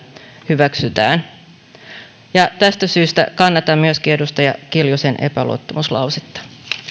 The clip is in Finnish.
hyväksytään tästä syystä kannatan myöskin edustaja kiljusen epäluottamuslausetta